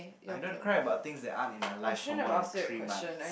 I don't cry about things that aren't in my life for more than three months